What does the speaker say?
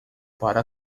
para